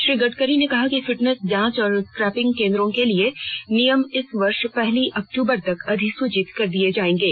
श्री गडकरी ने कहा कि फिटनेस जांच और स्क्रैपिंग केन्द्रों के लिए नियम इस वर्ष पहली अक्टूबर तक अधिसूचित कर दिये जाएंगे